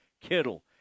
kittle